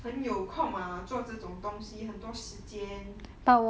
很有空啊做这种东西很多时间